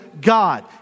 God